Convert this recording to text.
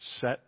Set